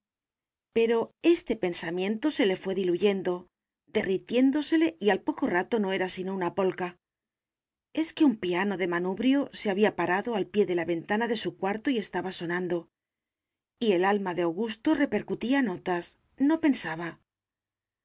pero este pensamiento se le fué diluyendo derritiéndosele y al poco rato no era sino una polca es que un piano de manubrio se había parado al pie de la ventana de su cuarto y estaba sonando y el alma de augusto repercutía notas no pensaba